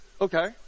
Okay